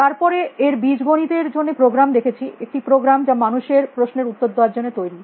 তার পরে এর বীজগনিতের জন্য প্রোগ্রাম দেখেছি একটি প্রোগ্রাম যা মানুষের প্রশ্নের উত্তর দেওয়ার জন্য তৈরী